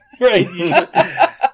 right